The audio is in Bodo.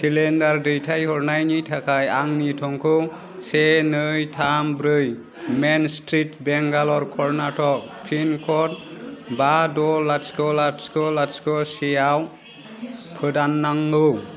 सिलेण्डार दैथायहरनायनि थाखाय आंनि थंख से नै थाम ब्रै main street Bengaluru Karnataka pin code बा द' लाथिख' लाथिख' लाथिख' सेआव फोदान नांगौ